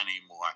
anymore